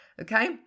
Okay